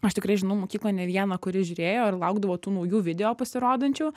aš tikrai žinau mokykloj ne vieną kuri žiūrėjo ir laukdavo tų naujų video pasirodančių